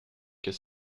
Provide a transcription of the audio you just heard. quai